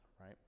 Right